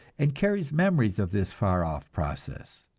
and carries memories of this far-off process.